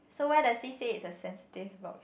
so why does he say it's a sensitive box